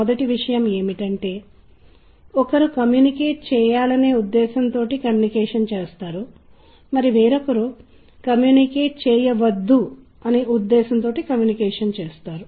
కాబట్టి విశిదపరచడం దృశ్య అవగాహన సందర్భంలో మనం మాట్లాడిన వివిధ విషయాలు ఇక్కడ కూడా సంబంధితంగా ఉంటాయి